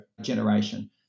generation